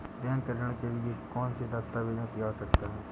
Bank ऋण के लिए कौन से दस्तावेजों की आवश्यकता है?